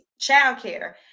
Childcare